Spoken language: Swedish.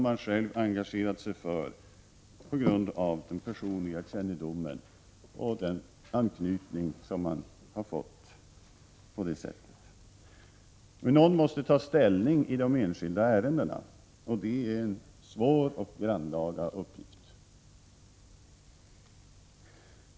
Man engagerar sig för människor på grund av den personliga kännedom man har och får på det sättet en anknytning till dem. Men någon måste ta ställning i de enskilda ärendena, och det är en svår och grannlaga uppgift.